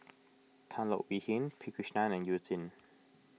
Tan Leo Wee Hin P Krishnan and You Jin